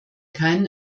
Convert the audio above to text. keinen